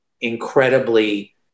incredibly